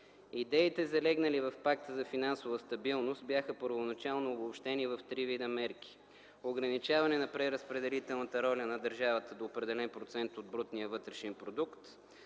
Идеите, залегнали в Пакта за финансова стабилност, бяха първоначално обобщени в три вида мерки: ограничаване на преразпределителната роля на държавата до определен процент от брутния вътрешен продукт,